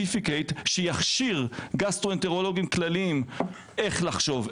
שיכשיר גסטרואנטרולוגים כלליים איך לחשוב,